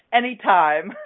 anytime